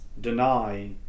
deny